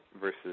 versus